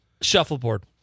shuffleboard